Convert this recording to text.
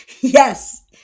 yes